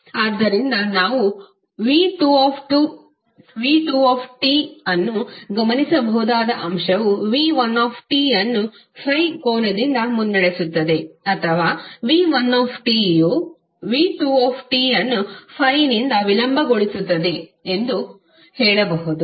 ಆದ್ದರಿಂದ ನಾವು v2t ಅನ್ನು ಗಮನಿಸಬಹುದಾದ ಅಂಶವು v1t ಅನ್ನು ∅ ಕೋನದಿಂದ ಮುನ್ನಡೆಸುತ್ತದೆ ಅಥವಾ v1t ಯು v2t ಅನ್ನು∅ ನಿಂದ ವಿಳಂಬಗೊಳಿಸುತ್ತದೆ ಎಂದು ಹೇಳಬಹುದು